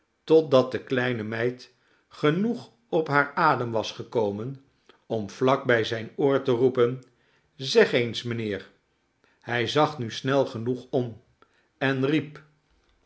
totdat de kleine meid genoeg op haar adem was gekomen om vlak bij zijn oor te roepen zeg eens mijnheer hij zag nu snel genoeg om en riep